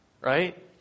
right